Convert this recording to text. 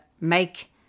make